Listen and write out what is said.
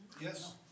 Yes